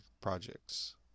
projects